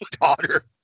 daughter